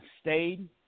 stayed